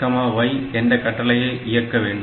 xy என்ற கட்டளையை இயக்க வேண்டும்